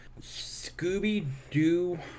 Scooby-Doo